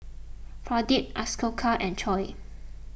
Pradip Ashoka and Choor